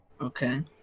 Okay